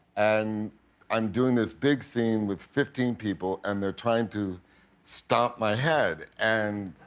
and i'm doing this big scene with fifteen people and they're trying to stomp my head. and